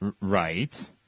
Right